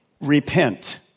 Repent